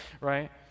right